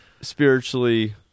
spiritually